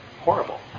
horrible